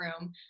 room